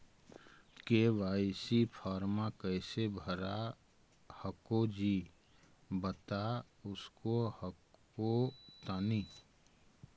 KYC फॉर्मा कैसे भरा हको जी बता उसको हको तानी?